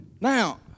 Now